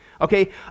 Okay